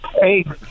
Hey